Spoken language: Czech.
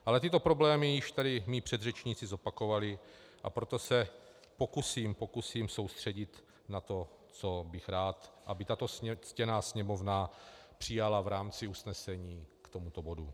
Ale tyto problémy již tady mí předřečníci zopakovali, a proto se pokusím soustředit na to, co bych rád, aby tato ctěná Sněmovna přijala v rámci usnesení k tomuto bodu.